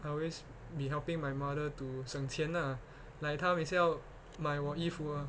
I always been helping my mother to 省钱啊 like 她每次要买我衣服